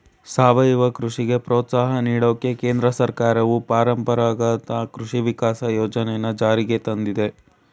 ಸಾವಯವ ಕೃಷಿಗೆ ಪ್ರೋತ್ಸಾಹ ನೀಡೋಕೆ ಕೇಂದ್ರ ಸರ್ಕಾರವು ಪರಂಪರಾಗತ ಕೃಷಿ ವಿಕಾಸ ಯೋಜನೆನ ಜಾರಿಗ್ ತಂದಯ್ತೆ